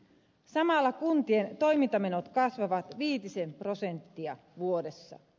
samalla kuntien toimintamenot kasvavat viitisen prosenttia vuodessa